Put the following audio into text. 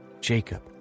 Jacob